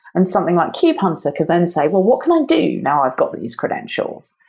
and something like kube-hunter could then say, well, what can i do now i've got these credentials?